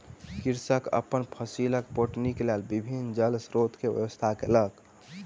कृषक अपन फसीलक पटौनीक लेल विभिन्न जल स्रोत के व्यवस्था केलक